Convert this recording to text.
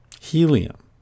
Helium